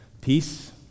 peace